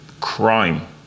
crime